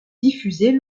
diffusée